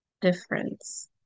difference